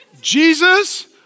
Jesus